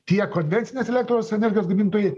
tiek konvencinės elektros energijos gamintojai